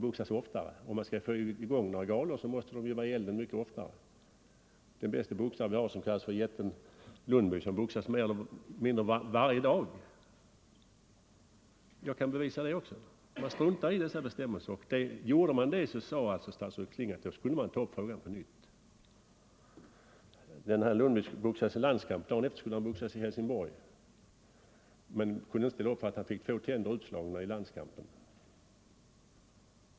Om några galor skall kunna arrangeras, så måste boxarna vara i elden mycket oftare. Den bäste boxaren i Sverige, Lundby — han brukar kallas för Jätten —, boxas stundom mer eller mindre varje dag. Jag kan bevisa det också. Man struntar alltså i dessa bestämmelser, och statsrådet Kling sade att gjorde man det så skulle frågan tas upp på nytt. Den här Lundby deltog för någon tid sedan i en landskamp, och dagen efter skulle han boxas i Helsingborg men kunde inte ställa upp därför att han fick två tänder utslagna i landskampen.